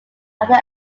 other